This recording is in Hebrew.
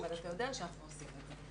אבל אתה יודע שאנחנו עושים את זה.